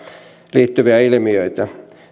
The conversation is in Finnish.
liittyviä ilmiöitä